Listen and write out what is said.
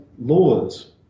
laws